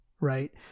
Right